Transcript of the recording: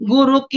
Guru